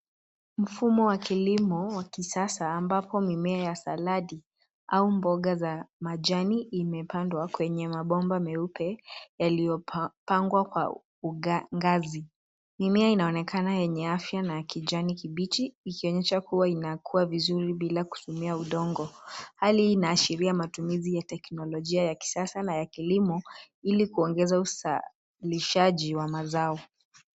Mfumo wa kilimo wa kisasa ambapo mimea ya saladi au mboga za majani inapandwa kwenye mabomba meupe yaliyopa pangwa kwa unga ngazi. Mimea inaonekana yenye afya na kijani kibichi, ikionyesha kuwa inakuwa vizuri bila kutumia udongo. Hali hii inaashiria matumizi ya teknolojia ya kisasa na ya kilimo ili kuongeza usalishaji wa mazao.